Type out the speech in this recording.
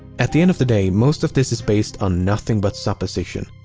at the end of the day, most of this is based on nothing but supposition.